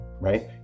right